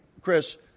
Chris